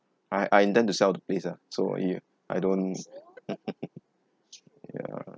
I I intend to sell the place ah so yeah I don't ya